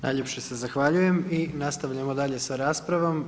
Najljepše se zahvaljujem i nastavljamo dalje sa raspravom.